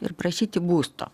ir prašyti būsto